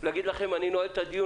להגיד לכם: אני נועל את הדיון,